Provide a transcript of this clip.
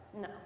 no